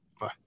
bye